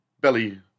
belly